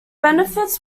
benefits